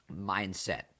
mindset